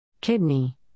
Kidney